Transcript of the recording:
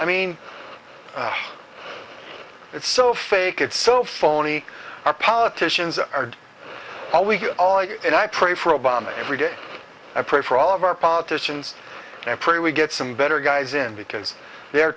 i mean it's so fake it's so phony our politicians are all we all you and i pray for obama every day i pray for all of our politicians and i pray we get some better guys in because they